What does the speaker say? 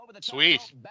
Sweet